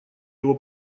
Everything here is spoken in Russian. его